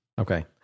Okay